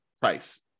price